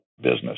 business